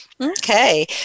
Okay